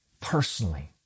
personally